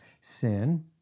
Sin